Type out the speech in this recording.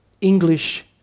English